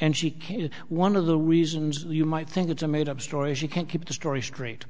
and she can one of the reasons you might think it's a made up story she can't keep the story straight